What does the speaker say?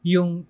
Yung